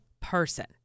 person